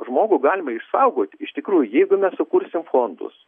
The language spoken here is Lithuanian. žmogų galima išsaugot iš tikrų jeigu mes sukursim fondus